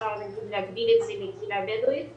אפשר להגדיר את זה לקהילה הבדואית בדרום,